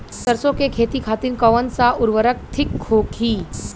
सरसो के खेती खातीन कवन सा उर्वरक थिक होखी?